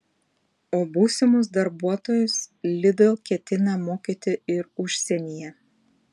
o būsimus darbuotojus lidl ketina mokyti ir užsienyje